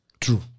True